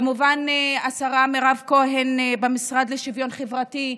כמובן, השרה מירב כהן במשרד לשוויון חברתי,